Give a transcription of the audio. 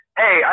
hey